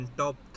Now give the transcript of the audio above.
top